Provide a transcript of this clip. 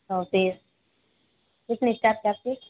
चौंतीस इतनी स्टार्ट है आप की